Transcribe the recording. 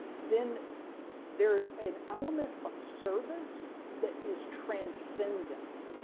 then there's an element of service that is transcendent